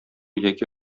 яки